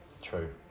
True